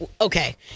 Okay